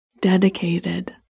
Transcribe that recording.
dedicated